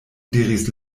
diris